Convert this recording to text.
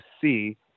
see